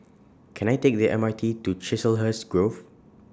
Can I Take The M R T to Chiselhurst Grove